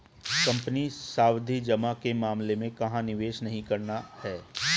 Company सावधि जमा के मामले में कहाँ निवेश नहीं करना है?